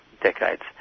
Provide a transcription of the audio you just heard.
decades